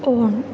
on